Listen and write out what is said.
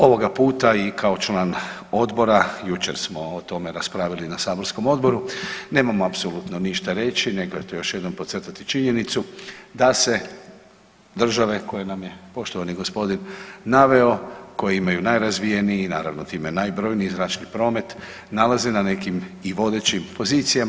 Ovoga puta i kao član odbora jučer smo o tome raspravili na saborskom odboru, nemamo apsolutno ništa reći nego eto još jednom podcrtati činjenicu da se države koje nam je poštovani gospodin naveo koje imaju najrazvijeniji i naravno time najbrojniji zračni promet nalaze na nekim i vodećim pozicijama.